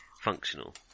Functional